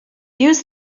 use